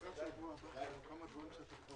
הישיבה ננעלה בשעה